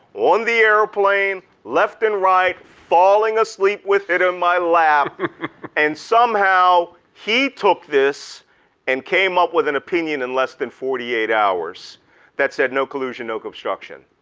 on the airplane, left and right, falling asleep with it in my lap and somehow he took this and came up with an opinion in less than forty eight hours that said no collusion, no obstruction.